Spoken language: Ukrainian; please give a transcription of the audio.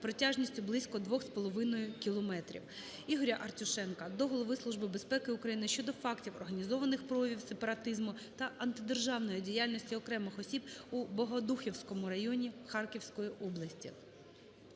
протяжністю близько 2,5 кілометрів. ІгоряАртюшенка до Голови Служби безпеки України щодо фактів організованих проявів сепаратизму та антидержавної діяльності окремих осіб у Богодухівському районі Харківської області.